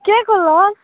केको लस